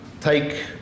take